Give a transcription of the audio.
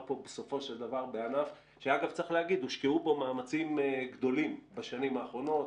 פה בסופו של דבר בענף שהושקעו בו מאמצים גדולים בשנים האחרונות,